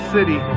City